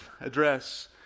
address